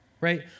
Right